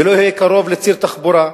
ולא יהיה קרוב לציר תחבורה,